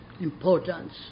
importance